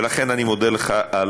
ולכן, אני מודה לך על